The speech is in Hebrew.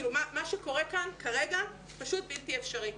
מה שקורה כאן כרגע פשוט בלתי אפשרי.